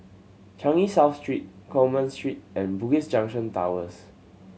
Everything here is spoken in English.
Changi South Street Coleman Street and Bugis Junction Towers